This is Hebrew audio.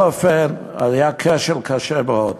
בכל אופן, היה כשל קשה מאוד.